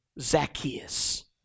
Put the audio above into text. Zacchaeus